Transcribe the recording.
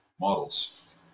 models